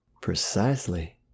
Precisely